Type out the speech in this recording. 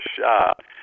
shot